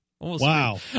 Wow